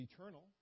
eternal